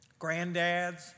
granddads